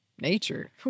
Nature